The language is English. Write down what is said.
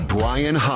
Brian